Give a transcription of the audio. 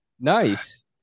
Nice